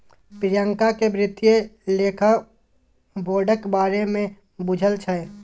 प्रियंका केँ बित्तीय लेखा बोर्डक बारे मे बुझल छै